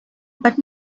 but